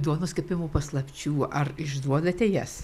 duonos kepimo paslapčių ar išduodate jas